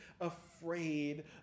afraid